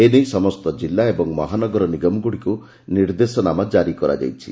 ଏ ନେଇ ସମସ୍ତ ଜିଲ୍ଲା ଏବଂ ମହାନଗର ନିଗମଗୁଡ଼ିକୁ ନିର୍ଦ୍ଦେଶନାମା ଜାରି କରାଯାଇଛି